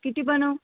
किती बनवू